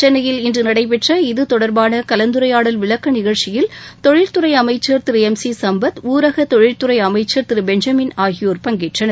சென்னையில் இன்று நடைபெற்ற இதுதொடர்பான கலந்துரையாடல் விளக்க நிகழ்ச்சியில் தொழில்துறை அமைச்சர் திரு எம் சி சம்பத் ஊரக தொழில்துறை அமைச்சர் திரு பெஞ்சமின் ஆகியோர் பங்கேற்றனர்